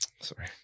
Sorry